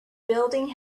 building